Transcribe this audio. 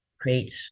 create